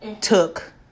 took